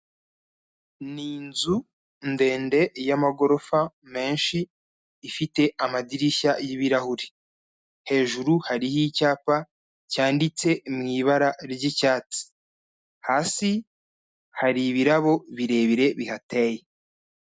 Ni inzu ndende y'amagorofa menshi ifite amadirishya y'ibirahuri, hejuru hariho icyapa cyanditse mu ibara ry'icyatsi, hasi hari ibirabo birebire bihateye.